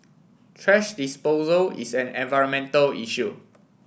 thrash disposal is an environmental issue